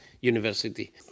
university